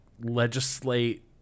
legislate